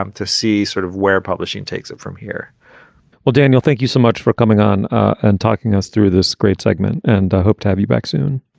um to see sort of where publishing takes it from here well, daniel, thank you so much for coming on and talking us through this great segment and hope to have you back soon.